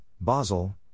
Basel